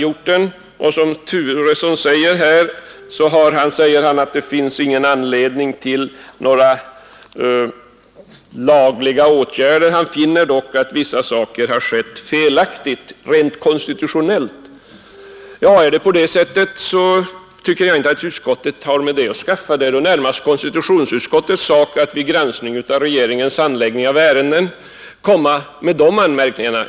Som herr Turesson sade här har JK inte funnit anledning till några lagliga åtgärder. Han finner dock att vissa saker rent konstitutionellt har skötts på ett felaktigt sätt. Ja, om det förhåller sig så, tycker jag inte att utskottet har därmed att skaffa. Det är väl närmast konstitutionsutskottets sak att vid granskning av regeringens handläggning av ärenden komma med sådana anmärkningar.